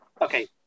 Okay